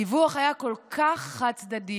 הדיווח היה כל כך חד-צדדי,